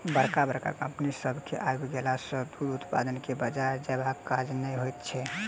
बड़का बड़का कम्पनी सभ के आइब गेला सॅ दूध उत्पादक के बाजार जयबाक काज नै होइत छै